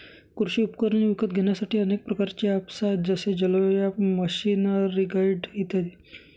कृषी उपकरणे विकत घेण्यासाठी अनेक प्रकारचे ऍप्स आहेत जसे जलवायु ॲप, मशीनरीगाईड इत्यादी